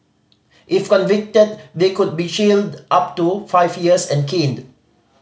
if convicted they could be jailed up to five years and caned